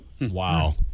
Wow